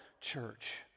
church